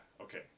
okay